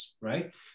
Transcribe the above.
right